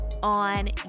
on